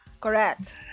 Correct